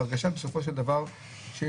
ההרגשה בסופו של דבר שזה